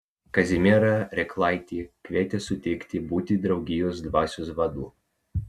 kazimierą rėklaitį kvietė sutikti būti draugijos dvasios vadu